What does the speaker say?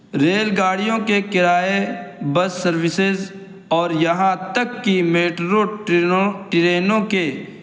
rail گاڑیوں کے کرایے بس سروسز اور یہاں تک کہ میٹرو ٹرینوں ٹرینوں کے